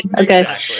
okay